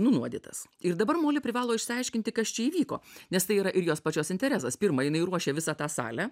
nunuodytas ir dabar moli privalo išsiaiškinti kas čia įvyko nes tai yra ir jos pačios interesas pirma jinai ruošė visą tą salę